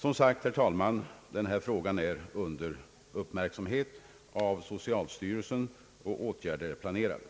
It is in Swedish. Som sagt, herr talman, denna fråga är under uppmärksamhet av socialstyrelsen, och åtgärder planeras.